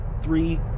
Three